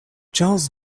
charles